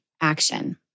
action